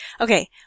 Okay